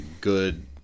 good